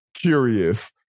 curious